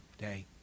day